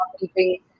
keeping